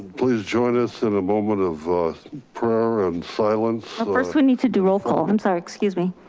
please join us in a moment of prayer and silence. first we need to do roll call, i'm sorry, excuse me.